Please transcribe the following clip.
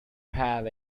have